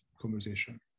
conversation